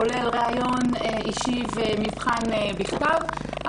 כולל ריאיון אישי ומבחן בכתב,